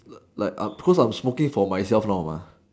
like I'm cause I am smoking for myself now mah